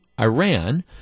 Iran